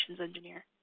engineer